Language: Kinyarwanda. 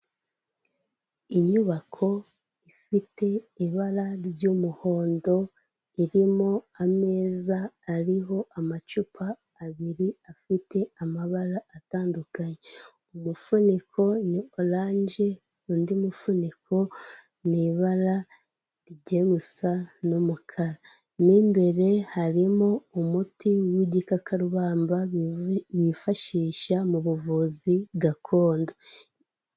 Inyubako ifite ibara ry'umuhondo, irimo ameza ariho amacupa abiri afite amabara atandukanye. Umufuniko ni oranje, undi mufuniko ni ibara rijya gusa no mukara, mo imbere harimo umuti w'igikakarubamba bifashisha mu buvuzi gakondo.